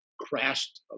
Crashed